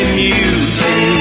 music